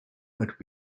but